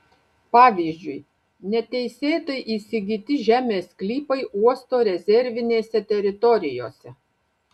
pavyzdžiui neteisėtai įsigyti žemės sklypai uosto rezervinėse teritorijose